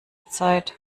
zeit